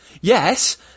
Yes